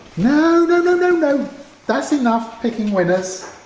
no no and no no that's enough picking winners